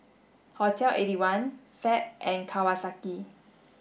Hotel eighty one Fab and Kawasaki